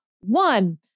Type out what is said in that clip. One